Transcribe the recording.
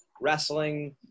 wrestling